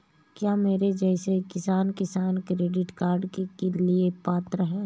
क्या मेरे जैसा किसान किसान क्रेडिट कार्ड के लिए पात्र है?